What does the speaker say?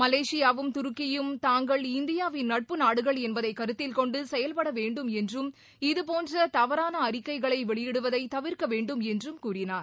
மலேசியாவும் துருக்கியும் தாங்கள் இந்தியாவின் நட்பு நாடுகள் என்பதை கருத்தில்கொண்டு செயல்படவேண்டும் என்றும் இதுபோன்ற தவறான அறிக்கைகளை வெளியிடுவதை தவிர்க்கவேண்டும் என்றும் கூறினார்